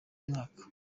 mwaka